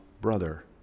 brother